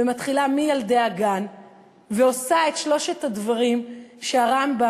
ומתחילה מילדי הגן ועושה את שלושת הדברים שהרמב"ם